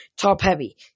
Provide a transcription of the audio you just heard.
top-heavy